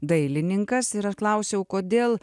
dailininkas ir aš klausiau kodėl